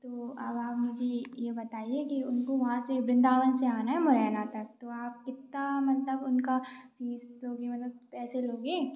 तो आप मुझे ये ये बताइए कि उनको वहाँ से वृन्दावन से आना है मुरैना तक तो आप कितना मतलब उनका फीस लोगे मतलब पैसे लोगे